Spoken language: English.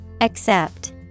Accept